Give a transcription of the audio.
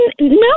No